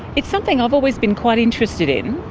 it's something i've always been quite interested in,